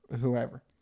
whoever